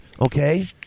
okay